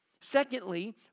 Secondly